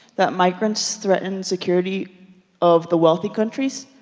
that migrants threaten security of the wealthy countries.